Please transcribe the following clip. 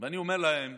ואני אומר להם: